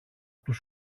του